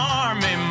army